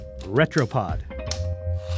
Retropod